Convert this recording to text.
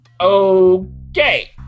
Okay